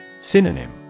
Synonym